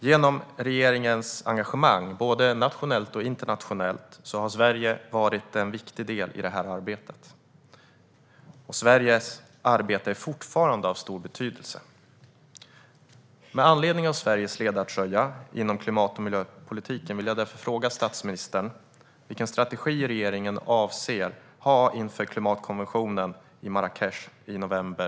Genom regeringens engagemang både nationellt och internationellt har Sverige varit en viktig aktör i detta arbete, och Sveriges arbete är fortfarande av stor betydelse. Med anledning av Sveriges ledartröja inom klimat och miljöpolitiken frågar jag statsministern: Vilken strategi avser regeringen att ha inför klimatmötet i Marrakech nu i november?